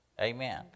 amen